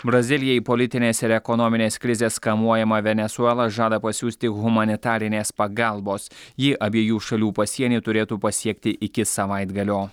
brazilijai politinės ir ekonominės krizės kamuojama venesuela žada pasiųsti humanitarinės pagalbos ji abiejų šalių pasienį turėtų pasiekti iki savaitgalio